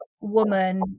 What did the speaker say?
woman